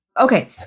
Okay